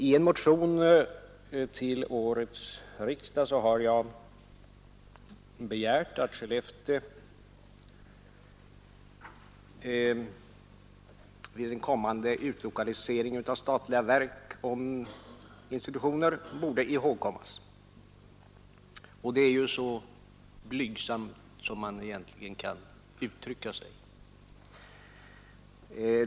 I en motion till årets riksdag har jag begärt att Skellefteå vid en kommande utlokalisering av statliga verk och institutioner skall ihågkommas. Och detta är ju så blygsamt som man egentligen kan uttrycka sig.